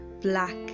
black